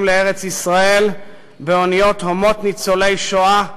לארץ-ישראל באניות הומות ניצולי שואה,